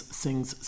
sings